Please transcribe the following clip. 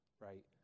right